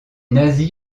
nazis